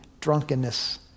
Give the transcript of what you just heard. drunkenness